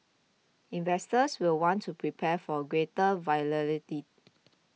investors will want to prepare for greater volatility